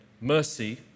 mercy